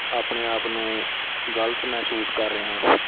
ਆਪਣੇ ਆਪ ਨੂੰ ਗਲਤ ਮਹਿਸੂਸ ਕਰ ਰਿਹਾ ਹਾਂ